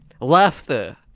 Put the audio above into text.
laughter